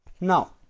Now